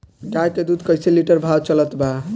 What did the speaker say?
गाय के दूध कइसे लिटर भाव चलत बा?